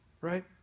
right